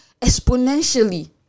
exponentially